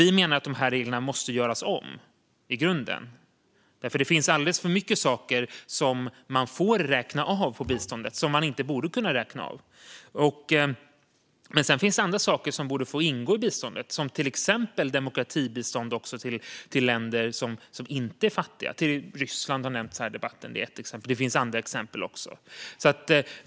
Vi menar att de här reglerna måste göras om i grunden, för det finns alldeles för mycket saker som man får räkna av på biståndet som man inte borde kunna räkna av. Sedan finns det dock andra saker som borde få ingå i biståndet, till exempel demokratibistånd till länder som inte är fattiga - Ryssland har nämnts här i debatten, som ett exempel, och det finns även andra exempel.